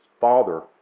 father